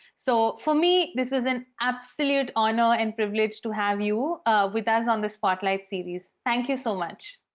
so, for me, this is an absolute honor and privilege to have you with us on the spotlight series. thank you so much!